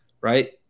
right